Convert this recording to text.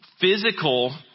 Physical